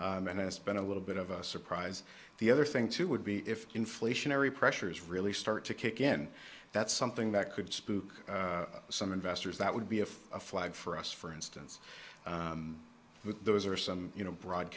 strong and it's been a little bit of a surprise the other thing too would be if inflationary pressures really start to kick in that's something that could spook some investors that would be if a flag for us for instance those are some you know broad